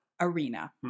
arena